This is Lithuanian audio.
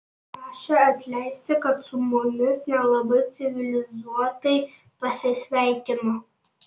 prašė atleisti kad su mumis nelabai civilizuotai pasisveikino